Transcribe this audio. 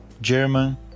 German